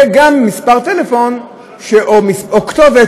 וגם מספר טלפון או כתובת,